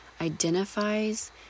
identifies